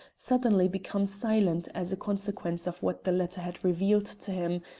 suddenly become silent as a consequence of what the letter had revealed to him,